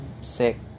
sick